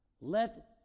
let